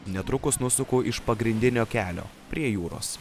netrukus nusuku iš pagrindinio kelio prie jūros